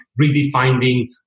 redefining